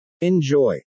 Enjoy